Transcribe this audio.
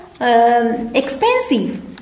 Expensive